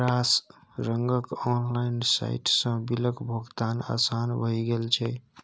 रास रंगक ऑनलाइन साइटसँ बिलक भोगतान आसान भए गेल छै